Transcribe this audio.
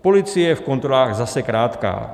Policie je v kontrolách zase krátká.